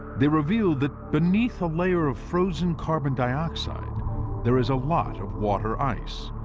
they reveal that beneath a layer of frozen carbon dioxide there is a lot of water ice.